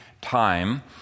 time